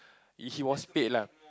he was paid lah